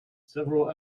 several